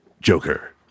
Joker